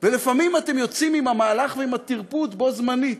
ולפעמים אתם יוצאים עם המהלך ועם הטרפוד בו-זמנית: